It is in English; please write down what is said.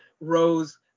rose